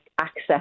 access